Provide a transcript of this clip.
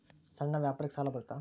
ಸಣ್ಣ ವ್ಯಾಪಾರಕ್ಕ ಸಾಲ ಬರುತ್ತಾ?